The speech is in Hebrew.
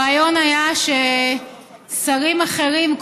הרעיון היה ששרים אחרים,